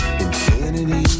infinity